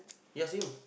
ya same